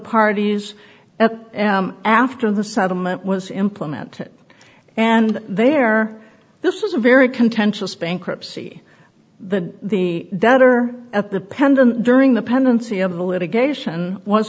parties after the settlement was implemented and there this is a very contentious bankruptcy the the debtor at the pendant during the pendency of the litigation was